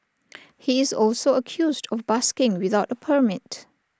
he is also accused of busking without A permit